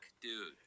dude